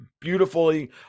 beautifully